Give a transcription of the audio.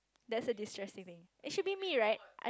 that's a distressing thing it should be me right I